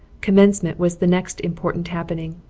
commencement was the next important happening.